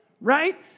right